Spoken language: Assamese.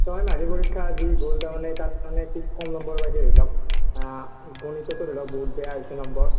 ছয়মাহিলী পৰীক্ষা যি গ'ল তাৰ মানে তাত মানে খুব কম নম্বৰ পাইছে ধৰি লওক গণিততো ধৰি লওক বহুত বেয়া হৈছে নম্বৰ